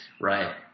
Right